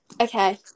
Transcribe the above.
Okay